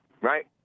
Right